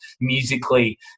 musically